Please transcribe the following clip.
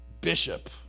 bishop